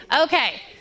okay